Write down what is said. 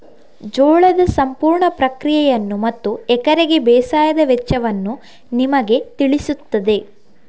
ಜೋಳದ ಸಂಪೂರ್ಣ ಪ್ರಕ್ರಿಯೆಯನ್ನು ಮತ್ತು ಎಕರೆಗೆ ಬೇಸಾಯದ ವೆಚ್ಚವನ್ನು ನಿಮಗೆ ತಿಳಿಸುತ್ತದೆ